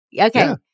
okay